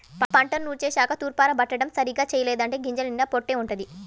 పంటను నూర్చేశాక తూర్పారబట్టడం సరిగ్గా చెయ్యలేదంటే గింజల నిండా పొట్టే వుంటది